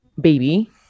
baby